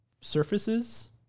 surfaces